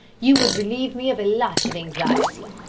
you would relieve me of a lot of anxiety.